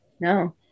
no